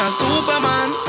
superman